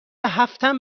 هفتم